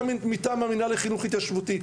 גם אם מטעם המינהל לחינוך התיישבותי,